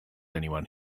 anyone